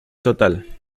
total